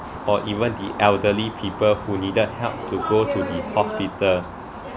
or even the elderly people who needed help to go to the hospital